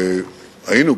היינו,